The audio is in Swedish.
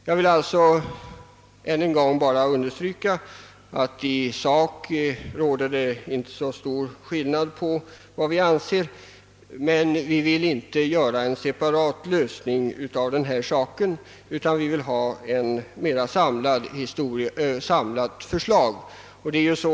Jag vill alltså än en gång understryka att det i sak inte är så stor skillnad mellan reservanternas ståndpunkt och utskottsmajoritetens. Reservanterna vill emellertid inte biträda en separatlösning av den här saken utan vill ha ett mera samlat förslag.